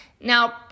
Now